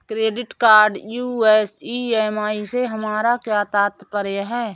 Credit card use EMI से हमारा क्या तात्पर्य है?